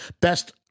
best